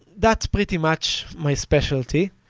that's pretty much my specialty.